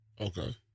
Okay